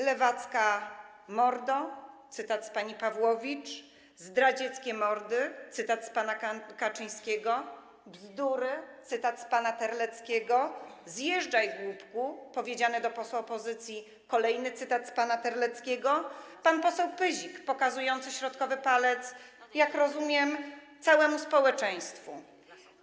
Lewacka mordo - cytat z pani Pawłowicz, zdradzieckie mordy - cytat z pana Kaczyńskiego, bzdury - cytat z pana Terleckiego, zjeżdżaj, głupku - powiedziane do posła opozycji, kolejny cytat z pana Terleckiego, pan poseł Pyzik pokazujący środkowy palec, jak rozumiem, całemu społeczeństwu.